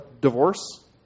divorce